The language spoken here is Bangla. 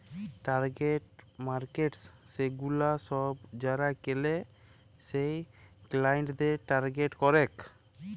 টার্গেট মার্কেটস সেগুলা সব যারা কেলে সেই ক্লায়েন্টদের টার্গেট করেক